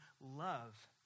Love